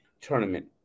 tournament